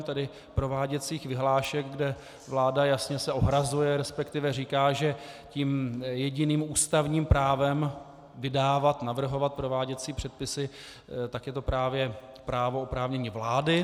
Tedy prováděcích vyhlášek, kde vláda jasně se ohrazuje, resp. říká, že tím jediným ústavním právem vydávat, navrhovat prováděcí předpisy, tak je to právě právo oprávnění vlády.